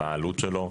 מה העלות שלו.